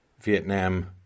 Vietnam